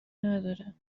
نداره